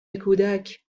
کودک